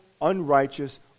unrighteous